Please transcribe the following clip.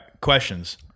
questions